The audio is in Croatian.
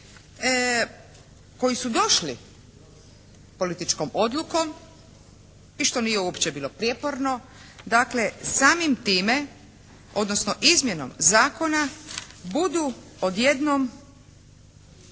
koji su došli političkom odlukom i što nije uopće bilo prijeporno. Dakle, samim time odnosno izmjenom zakona budu odjednom